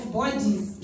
bodies